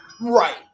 Right